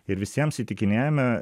ir visiems įtikinėjome